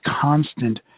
constant